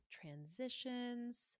transitions